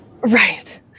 Right